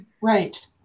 Right